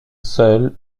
seule